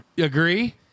Agree